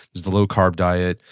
there's the low carb diet,